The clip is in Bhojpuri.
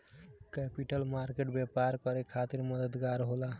कैपिटल मार्केट व्यापार करे खातिर मददगार होला